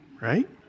right